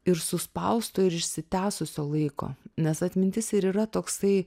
ir suspausto ir išsitęsusio laiko nes atmintis ir yra toksai